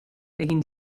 egin